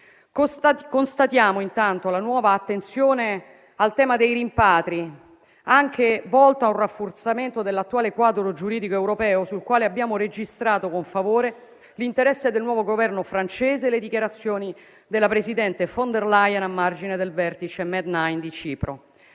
Constatiamo intanto la nuova attenzione al tema dei rimpatri, anche volto a un rafforzamento dell'attuale quadro giuridico europeo sul quale abbiamo registrato con favore l'interesse del nuovo Governo francese e le dichiarazioni della presidente von der Leyen a margine del vertice Med-9 di Cipro.